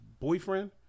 boyfriend